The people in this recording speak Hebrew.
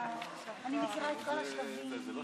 חברת הכנסת רות וסרמן